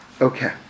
Okay